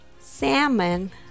salmon